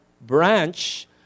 branch